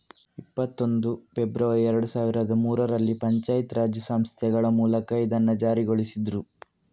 ಇಪ್ಪತ್ತೊಂದು ಫೆಬ್ರವರಿ ಎರಡು ಸಾವಿರದ ಮೂರರಲ್ಲಿ ಪಂಚಾಯತ್ ರಾಜ್ ಸಂಸ್ಥೆಗಳ ಮೂಲಕ ಇದನ್ನ ಜಾರಿಗೊಳಿಸಿದ್ರು